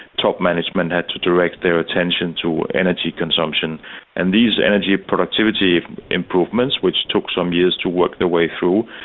top management had to direct their attention to energy consumption and these energy productivity improvements, which took some years to work their way through,